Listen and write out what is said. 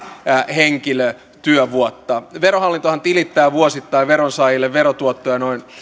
henkilötyövuotta verohallintohan tilittää vuosittain veronsaajille verotuottoja noin